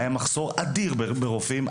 היה מחסור אדיר ברופאים.